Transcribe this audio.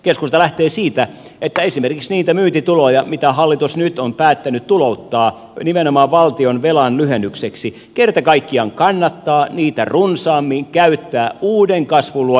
keskusta lähtee siitä että esimerkiksi niitä myyntituloja mitä hallitus nyt on päättänyt tu louttaa nimenomaan valtionvelan lyhennykseksi kerta kaikkiaan kannattaa runsaammin käyttää uuden kasvun luomiseksi